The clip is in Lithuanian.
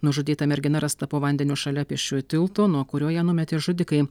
nužudyta mergina rasta po vandeniu šalia pėsčiųjų tilto nuo kurio ją numetė žudikai